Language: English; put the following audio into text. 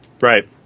Right